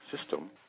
system